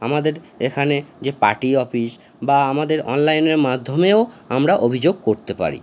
আমাদের এখানে যে পার্টি অফিস বা আমাদের অনলাইনের মাধ্যমেও আমরা অভিযোগ করতে পারি